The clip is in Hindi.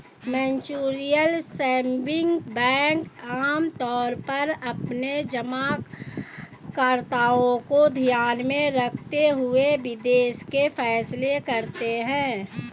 म्यूचुअल सेविंग बैंक आमतौर पर अपने जमाकर्ताओं को ध्यान में रखते हुए निवेश के फैसले करते हैं